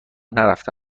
نرفته